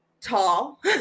tall